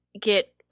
get